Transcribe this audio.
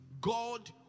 God